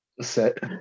set